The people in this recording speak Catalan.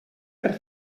per